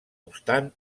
obstant